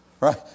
Right